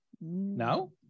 No